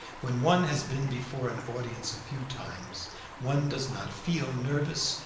when one has been before an audience a few times one does not feel nervous,